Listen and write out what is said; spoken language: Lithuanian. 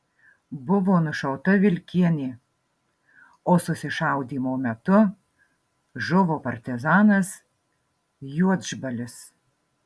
buvo nušauta vilkienė o susišaudymo metu žuvo partizanas juodžbalis